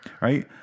right